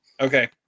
Okay